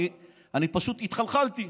אני פשוט התחלחלתי.